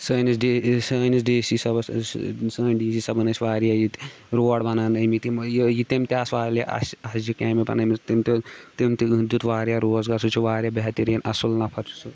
سٲنِس ڈی سٲنِس ڈی سی صٲبَس سٲنۍ ڈی سی صٲبَن ٲسۍ واریاہ ییٚتہِ روڈ بَناونٲمِتۍ یم یہِ تٔمۍ تہِ آسہٕ والیاہ اَش اَسجہِ کامہِ بَنٲومٕژ تٔمۍ تہِ اوٚ تٔمۍ تہِ دیُٚت واریاہ روزگار سُہ چھُ واریاہ بہتریٖن اَصٕل نَفَر چھِ سُہ